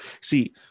See